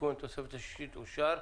התיקון לתוספת השישית אושר.